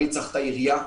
אני צריך את העירייה.